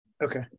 Okay